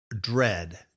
dread